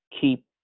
keep